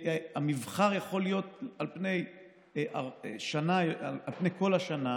המבחר יכול להיות על פני כל השנה,